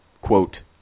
quote